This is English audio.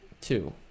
Two